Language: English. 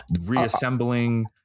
reassembling